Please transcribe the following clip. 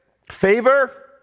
Favor